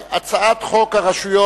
הצבעה על הצעת חוק הרשויות